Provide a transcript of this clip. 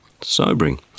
Sobering